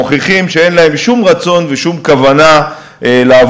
מוכיחים שאין להם שום רצון ושום כוונה לעבור